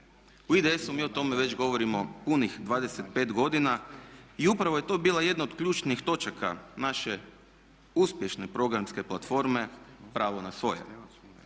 U IDS-u mi o tome već govorimo punih 25 godina i upravo je to bila jedna od ključnih točaka naše uspješne programske platforme pravo na svoje.